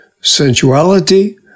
sensuality